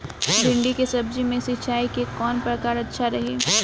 भिंडी के सब्जी मे सिचाई के कौन प्रकार अच्छा रही?